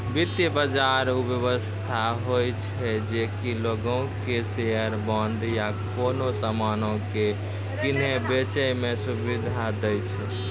वित्त बजार उ व्यवस्था होय छै जे कि लोगो के शेयर, बांड या कोनो समानो के किनै बेचै मे सुविधा दै छै